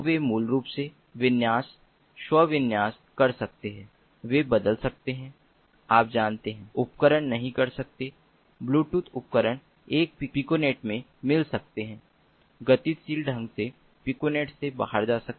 तो वे मूल रूप से विन्यास स्व विन्यास कर सकते हैं वे बदल सकते हैं आप जानते हैं उपकरण नही कर सकते ब्लूटूथ उपकरण एक पिकोनेट में मिल सकते हैं गतिशील ढंग से पिकोनेट से बाहर जा सकते हैं